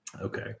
Okay